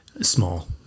Small